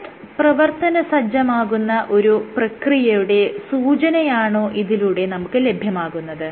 MAT പ്രവർത്തനസജ്ജമാകുന്ന ഒരു പ്രക്രിയയുടെ സൂചനയാണോ ഇതിലൂടെ നമുക്ക് ലഭ്യമാകുന്നത്